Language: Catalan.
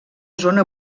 zona